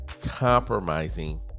compromising